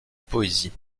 poésie